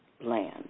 Land